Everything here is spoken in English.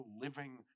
living